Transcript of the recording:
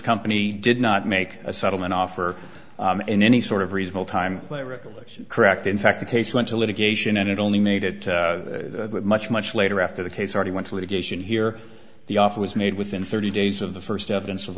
company did not make a settlement offer in any sort of reasonable time politically correct in fact the case went to litigation and it only made it much much later after the case already went to litigation here the offer was made within thirty days of the first evidence of